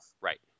Right